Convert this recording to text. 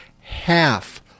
half